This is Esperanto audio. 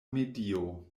medio